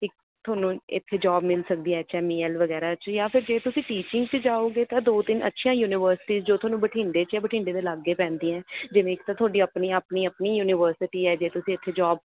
ਇੱਕ ਤੁਹਾਨੂੰ ਇੱਥੇ ਜੋਬ ਮਿਲ ਸਕਦੀ ਹੈ ਆ ਐੱਚ ਐੱਮ ਈ ਐੱਲ ਵਗੈਰਾ 'ਚ ਜਾਂ ਫਿਰ ਜੇ ਤੁਸੀਂ ਟੀਚਿੰਗ 'ਚ ਜਾਓਗੇ ਤਾਂ ਦੋ ਤਿੰਨ ਅੱਛੀਆਂ ਯੂਨੀਵਰਸਿਟੀ ਜੋ ਤੁਹਾਨੂੰ ਬਠਿੰਡੇ 'ਚ ਜਾਂ ਬਠਿੰਡੇ ਦੇ ਲਾਗੇ ਪੈਂਦੀ ਹੈ ਜਿਵੇਂ ਇੱਕ ਤਾਂ ਤੁਹਾਡੀ ਆਪਣੀ ਆਪਣੀ ਯੂਨੀਵਰਸਿਟੀ ਹੈ ਜੇ ਤੁਸੀਂ ਇੱਥੇ ਜੋਬ